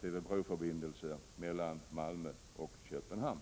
bilbroförbindelse mellan Malmö och Köpenhamn.